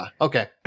Okay